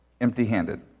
empty-handed